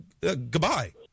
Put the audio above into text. Goodbye